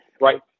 right